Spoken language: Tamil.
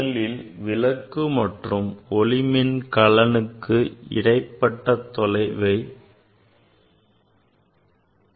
முதலில் விளக்கு மற்றும் ஒளிமின் கலனுக்கு இடைப்பட்ட தொலைவை அதிகரிப்போம்